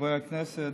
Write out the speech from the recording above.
חברי הכנסת,